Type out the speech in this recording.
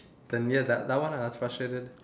then ya that one I was frustrated